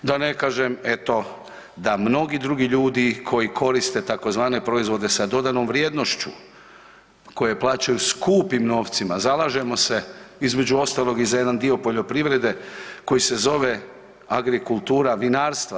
Da ne kažem eto da mnogi drugi ljudi koji koriste tzv. proizvode sa dodanom vrijednošću koje plaćaju skupim novcima, zalažemo se između ostalog i za jedan dio poljoprivrede koji se zove agrikultura vinarstva.